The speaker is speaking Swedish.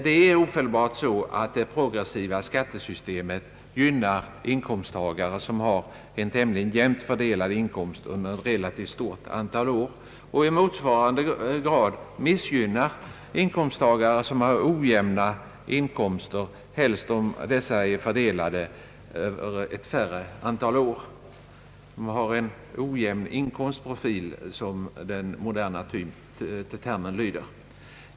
Det är ofelbart så, att det progressiva skattesystemet gynnar inkomsttagare som har tämligen jämnt fördelade inkomster under ett relativt stort antal år. I motsvarande grad missgynnas inkomsttagare som har ojämna inkomster, särskilt om dessa är fördelade över ett färre antal år, alltså de som har en ojämn inkomstprofil, som den moderna termen lyder.